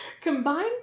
Combine